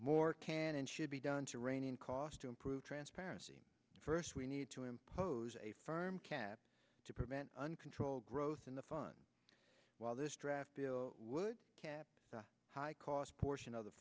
more can and should be done to rein in cost to improve transparency first we need to impose a firm cap to prevent uncontrolled growth in the fun while this draft bill would cap the high cost portion of the